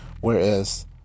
whereas